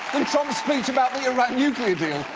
and trump's speech about the iran nuclear deal,